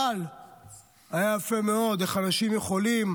אבל היה יפה מאוד, איך אנשים יכולים